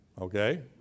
Okay